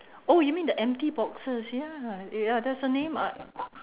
oh you mean the empty boxes ya ya there's a name I